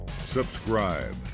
Subscribe